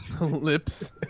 Lips